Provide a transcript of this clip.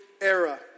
era